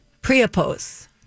Priapos